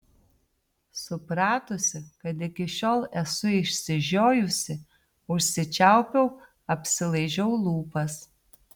supratusi kad iki šiol esu išsižiojusi užsičiaupiau apsilaižiau lūpas